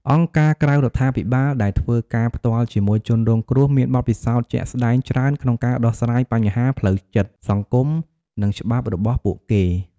អង្គការក្រៅរដ្ឋាភិបាលដែលធ្វើការផ្ទាល់ជាមួយជនរងគ្រោះមានបទពិសោធន៍ជាក់ស្ដែងច្រើនក្នុងការដោះស្រាយបញ្ហាផ្លូវចិត្ត សង្គម និងច្បាប់របស់ពួកគេ។